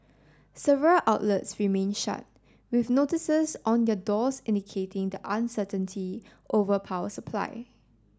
several outlets remained shut with notices on their doors indicating the uncertainty over power supply